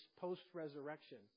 post-resurrection